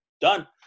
done